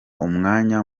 umwanya